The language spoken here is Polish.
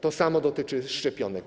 To samo dotyczy szczepionek.